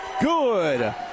Good